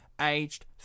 aged